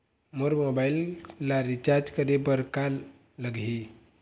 मोर mobile ला recharge करे बर का लगही?